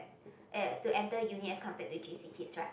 eh to enter uni as compared to J_C kids right